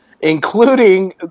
Including